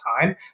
time